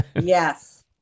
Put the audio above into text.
Yes